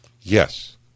Yes